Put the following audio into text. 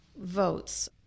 votes